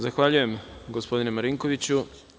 Zahvaljujem gospodine Marinkoviću.